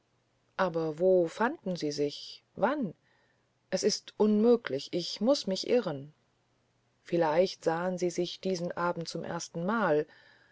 aber wo fanden sie sich wann es ist unmöglich ich muß mich irren vielleicht sahn sie sich diesen abend zum erstenmal